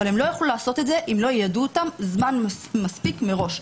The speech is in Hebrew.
אבל הן לא יוכלו לעשות את זה אם לא יידעו אותן זמן מספיק מראש.